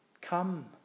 Come